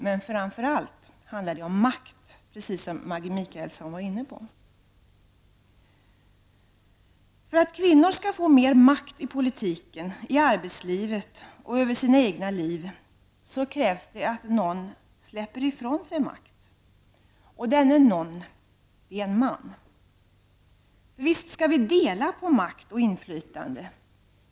Men framför allt handlar det om makt, precis som Maggi Mikaelsson var inne på. För att kvinnor skall få mera makt i politiken, i arbetslivet och över sina egna liv krävs det att någon släpper ifrån sig makt, och denne ''någon'' är en man. Visst skall vi dela på makt och inflytande.